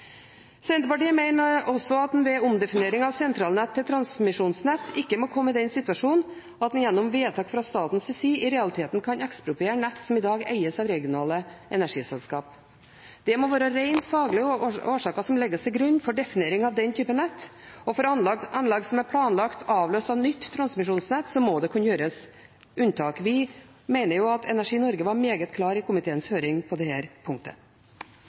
Senterpartiet mener også at en ved omdefinering av sentralnett til transmisjonsnett ikke må komme i den situasjonen at en gjennom vedtak fra statens side i realiteten kan ekspropriere nett som i dag eies av regionale energiselskap. Det må være rent faglige årsaker som legges til grunn for definering av den type nett, og for anlegg som er planlagt avløst av nytt transmisjonsnett, må det kunne gjøres unntak. Vi mener jo at Energi Norge var meget klar i komiteens høring på dette punktet. Vi skal som samfunn gjennom en rekke vedtak for å bygge det